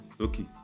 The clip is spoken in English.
Okay